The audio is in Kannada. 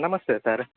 ನಮಸ್ತೆ ಸರ್